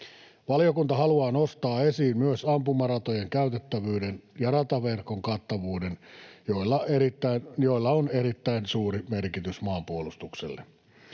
Valiokunta haluaa nostaa esiin myös ampumaratojen käytettävyyden ja rataverkon kattavuuden, joilla on erittäin suuri merkitys maanpuolustukselle.